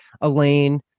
Elaine